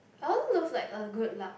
I'll love like a good laksa